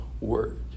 word